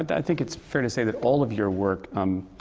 and i think it's fair to say that all of your work